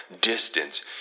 distance